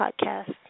Podcast